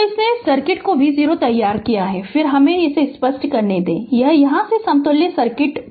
तो इसने इस सर्किट को v0 तैयार किया फिर हमे यह स्पष्ट करने दें कि यह यहाँ से समतुल्य सर्किट है